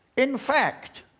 in fact,